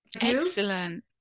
Excellent